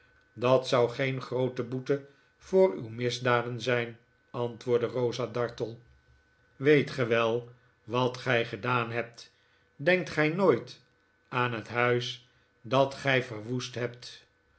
dat zou geen groote boete voor uw misdaden zijn antwoordde rosa dartle weet ge wel wat gij gedaan hebt denkt gij nooit aan het huis dat gij verwoest hebt